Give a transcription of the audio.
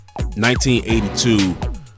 1982